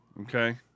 Okay